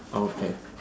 okay